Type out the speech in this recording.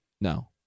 no